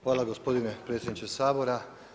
Hvala gospodine predsjedniče Sabora.